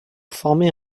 former